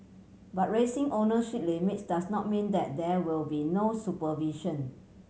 but raising ownership limits does not mean that there will be no supervision